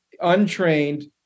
untrained